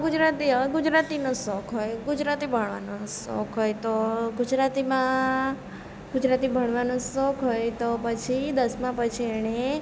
ગુજરાતી આવે ગુજરાતીનો શોખ હોય ગુજરાતી ભણવાનો શોખ હોય તો ગુજરાતીમાં ગુજરાતી ભણવાનો શોખ હોય તો પછી દસમા પછી એણે